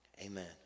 Amen